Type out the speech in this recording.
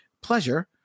pleasure